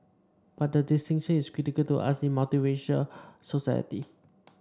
but the distinction is critical to us in a society